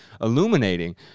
illuminating